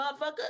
motherfucker